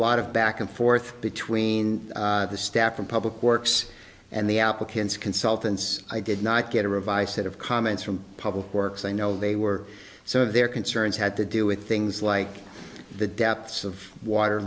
lot of back and forth between the staff and public works and the applicants consultants i did not get a revised set of comments from public works i know they were some of their concerns had to do with things like the depths of water